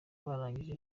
barangije